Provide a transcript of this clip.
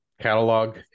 catalog